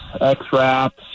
x-wraps